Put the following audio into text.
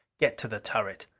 get to the turret.